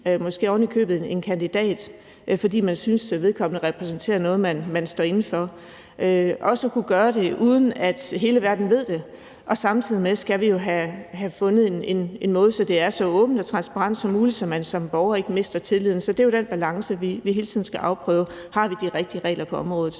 måske ovenikøbet en kandidat, fordi man synes, at vedkommende repræsenterer noget, man står inde for, og at man også kan gøre det, uden at hele verden ved det. Samtidig skal vi have fundet en måde, så det er så åbent og transparent som muligt, så man som borger ikke mister tilliden. Det er jo den balance, vi hele tiden skal prøve at finde – har vi de rigtige regler på området?